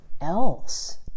else